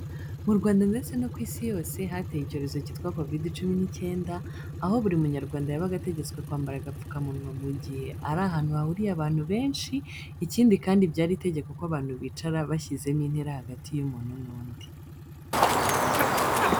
Mu Rwanda ndetse no ku isi yose hateye icyorezo cyitwa Covid cumi n'icyenda, aho buri Munyarwanda yabaga ategetswe kwambara agapfukamunwa mu gihe ari ahantu hahuriye abantu benshi, ikindi kandi byari itegeko ko abantu bicara bashyizemo intera hagati y'umuntu n'undi.